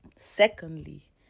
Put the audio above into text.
secondly